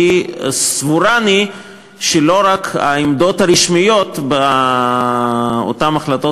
כי סבורני שלא רק העמדות הרשמיות באותן החלטות